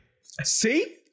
See